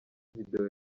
video